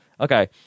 okay